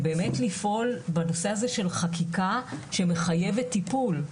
באמת לפעול בנושא הזה של חקיקה שמחייבת טיפול.